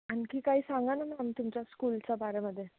आणखी काही सांगा न मॅम तुमच्या स्कूलच्या बारामध्ये